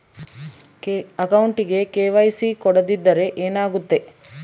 ಅಕೌಂಟಗೆ ಕೆ.ವೈ.ಸಿ ಕೊಡದಿದ್ದರೆ ಏನಾಗುತ್ತೆ?